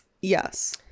Yes